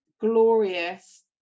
glorious